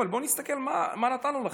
אבל בואו נסתכל מה נתנו לכם.